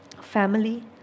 family